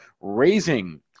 raising